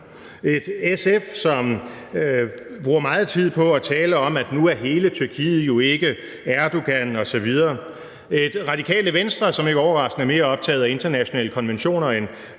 et SF, som bruger meget tid på at tale om, at nu er hele Tyrkiet jo ikke lig med Erdogan, osv. Vi har et Radikale Venstre, som ikke overraskende er mere optaget af internationale konventioner end